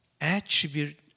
attribute